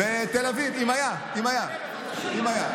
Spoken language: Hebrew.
אם היה, אם היה.